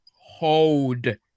hold